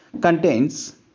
contains